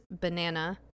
banana